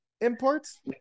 imports